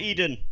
Eden